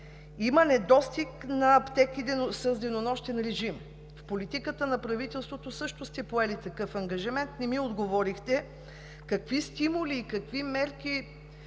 има недостиг на аптеки с денонощен режим. В политиката на правителството също сте поели такъв ангажимент – не ми отговорихте, затова вторият ми